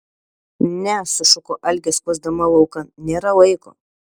ne sušuko algė skuosdama laukan nėra laiko